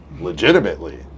legitimately